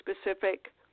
specific